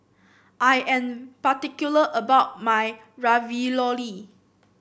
I am particular about my Ravioli